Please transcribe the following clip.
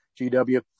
GW